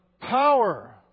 power